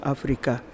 Africa